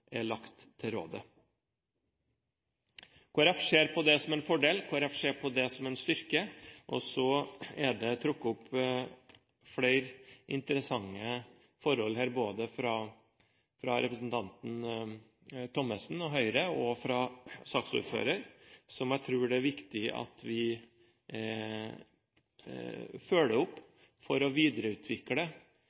ser på det som en fordel og en styrke. Så er det trukket fram flere interessante forhold her, fra både representanten Thommessen fra Høyre og fra saksordføreren, som jeg tror det er viktig at vi følger opp for å videreutvikle